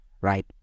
right